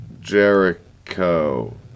Jericho